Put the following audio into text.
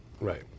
Right